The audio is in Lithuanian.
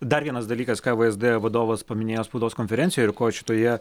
dar vienas dalykas ką vsd vadovas paminėjo spaudos konferencijoj ir ko šitoje